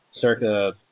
circa